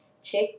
Check